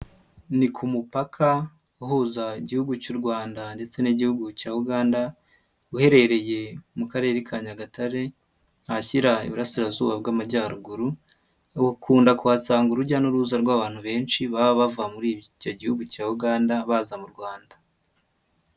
Ni ku mupaka uhuza Igihugu cy'u Rwanda ndetse n'Igihugu cya Uganda, uherereye mu karere ka Nyagatare ahashyira iburasirazuba bw'amajyaruguru, ukunda kuhasanga urujya n'uruza rw'abantu benshi baba bava muri icyo Gihugu cya Uganda baza mu Rwanda.